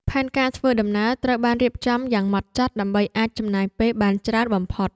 ផែនការធ្វើដំណើរត្រូវបានរៀបចំយ៉ាងហ្មត់ចត់ដើម្បីអាចចំណាយពេលបានច្រើនបំផុត។